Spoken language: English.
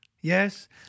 Yes